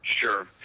Sure